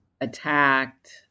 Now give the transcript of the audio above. attacked